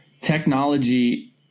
Technology